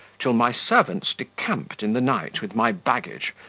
till my servants decamped in the night with my baggage,